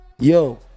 yo